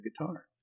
guitar